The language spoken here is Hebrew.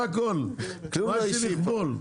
מה יש לי לכבול?